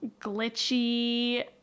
glitchy